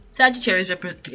Sagittarius